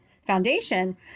foundation